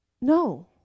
No